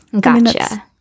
gotcha